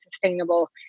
sustainable